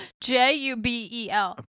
J-U-B-E-L